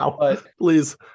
please